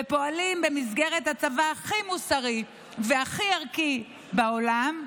ופועלים במסגרת הצבא הכי מוסרי והכי ערכי בעולם,